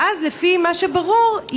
ואז לפי מה שברור,